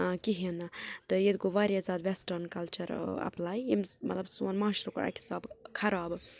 کِہیٖنۍ تہٕ ییٚتہٕ گوٚو واریاہ زیادٕ ویسٲٹرٕنۍ کلچر ایپلاَے ییٚمہِ سۭتۍ مطلب سون معاشرٕ گوٚو اکہِ حِساب خراب